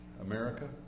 America